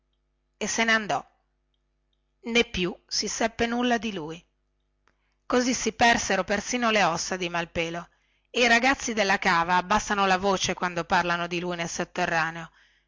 e se ne andò nè più si seppe nulla di lui così si persero persin le ossa di malpelo e i ragazzi della cava abbassano la voce quando parlano di lui nel sotterraneo